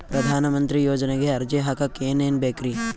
ಪ್ರಧಾನಮಂತ್ರಿ ಯೋಜನೆಗೆ ಅರ್ಜಿ ಹಾಕಕ್ ಏನೇನ್ ಬೇಕ್ರಿ?